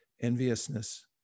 enviousness